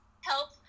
help